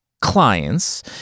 clients